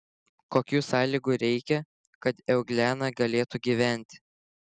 kokių sąlygų reikia kad euglena galėtų gyventi